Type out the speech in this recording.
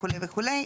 וכולה וכולה.